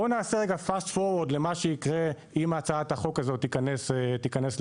בואו נעשה רגע fast forward למה שיקרה אם הצעת החוק הזה תיכנס לתוקף?